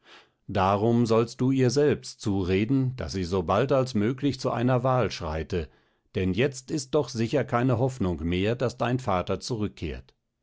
darum solltest du ihr selbst zureden daß sie sobald als möglich zu einer wahl schreite denn jetzt ist doch sicher keine hoffnung mehr daß dein vater zurückkehrt